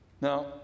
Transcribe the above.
Now